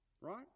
Right